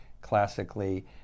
classically